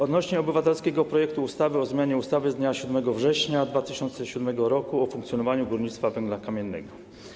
Odnośnie do obywatelskiego projektu ustawy o zmianie ustawy z dnia 7 września 2007 r. o funkcjonowaniu górnictwa węgla kamiennego.